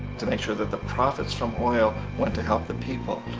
to make sure that the profits from oil went to help the people.